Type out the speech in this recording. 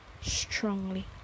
strongly